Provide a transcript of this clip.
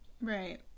Right